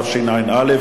התשע"א 2011,